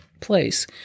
place